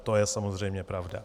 To je samozřejmě pravda.